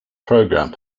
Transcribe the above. program